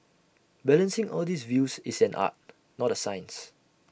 balancing all these views is an art not A science